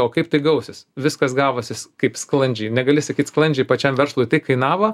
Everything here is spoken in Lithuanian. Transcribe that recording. o kaip tai gausis viskas gavosi kaip sklandžiai negali sklandžiai pačiam verslui tai kainavo